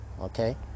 okay